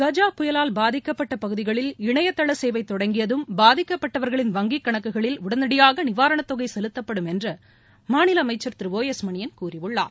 கஜ புயலால் பாதிக்கப்பட்ட பகுதிகளில் இணையதள சேவை தொடங்கியதும் பாதிக்கப்பட்டவர்களின் வங்கிக்கணக்குகளில் உடனடியாக நிவாரணத்தொகை செலுத்தப்படும் என்று மாநில அமைச்சர் திரு ஒ எஸ் மணியன் கூறியுள்ளார்